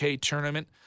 tournament